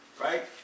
Right